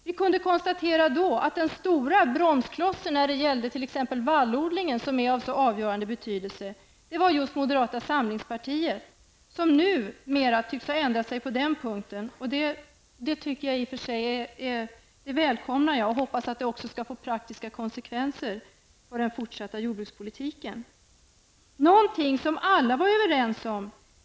Vi kunde då konstatera att den stora bromsklossen när det gäller t.ex. vallodlingen -- som är av så avgörande betydelse -- var moderata samlingspartiet. De tycks numera ha ändrat sig på den punkten, och det välkomnar jag. Jag hoppas att det också skall få praktiska konsekvenser på den fortsatta jordbrukspolitiken. En sak var alla överens om.